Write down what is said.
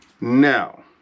Now